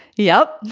yep.